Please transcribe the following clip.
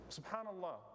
Subhanallah